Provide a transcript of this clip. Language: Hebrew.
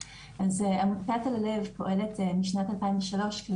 עמותת אל הלב פועלת משנת 2003 כדי